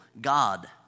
God